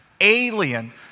alien